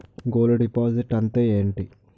Gold deposit అంతే ఎంటి?